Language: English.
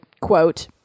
quote